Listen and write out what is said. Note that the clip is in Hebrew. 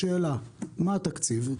השאלה מה התקציב,